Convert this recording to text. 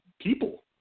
people